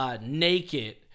naked